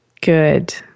Good